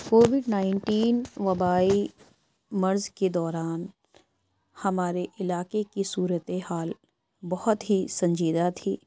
Covid nineteen وبائی مرض کے دوران ہمارے علاقے کی صورت حال بہت ہی سنجیدہ تھی